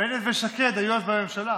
בנט ושקד היו אז בממשלה.